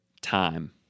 Time